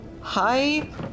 hi